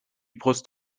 brust